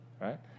right